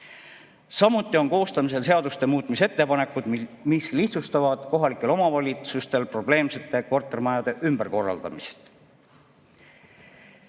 Samuti on koostamisel seaduste muutmise ettepanekud, mis lihtsustavad kohalikel omavalitsustel probleemsete kortermajade ümberkorraldamist.